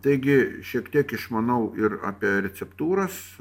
taigi šiek tiek išmanau ir apie receptūras